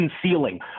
concealing